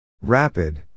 Rapid